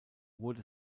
wurde